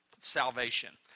salvation